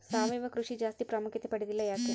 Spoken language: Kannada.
ಸಾವಯವ ಕೃಷಿ ಜಾಸ್ತಿ ಪ್ರಾಮುಖ್ಯತೆ ಪಡೆದಿಲ್ಲ ಯಾಕೆ?